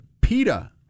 PETA